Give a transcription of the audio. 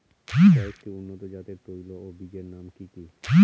কয়েকটি উন্নত জাতের তৈল ও বীজের নাম কি কি?